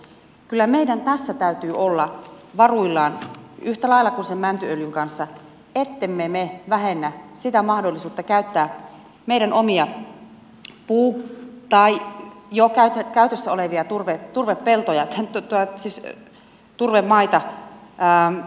kyllä meidän tässä täytyy olla varuillamme yhtä lailla kuin sen mäntyöljyn kanssa ettemme me vähennä sitä mahdollisuutta käyttää meidän omia puuvarantojamme tai jo käytössä olevia turvemaitamme energiakäyttöön